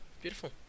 beautiful